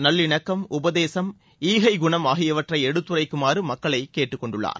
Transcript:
நல்லிணக்கம் உபதேசம் ஈகை குணம் ஆகியவற்றை எடுத்துரைக்குமாறு மக்களைக் கேட்டுக்கொண்டுள்ளார்